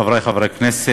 חברי חברי הכנסת,